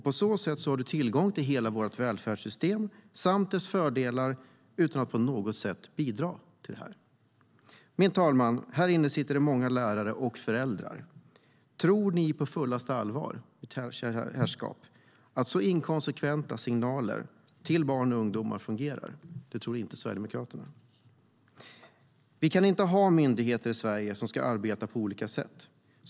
På så sätt har du tillgång till hela vårt välfärdssystem samt dess fördelar utan att på något sätt bidra till det. Min talman! Här inne sitter det många lärare och föräldrar. Tror ni på fullaste allvar, mitt herrskap, att så inkonsekventa signaler till barn och ungdomar fungerar? Det tror inte Sverigedemokraterna. Vi kan inte ha myndigheter i Sverige som ska arbeta på olika sätt.